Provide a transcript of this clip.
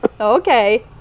Okay